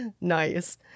Nice